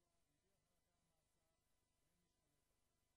27 שנים מחיים של בן אדם בעוון הסתבכות עם הבנק.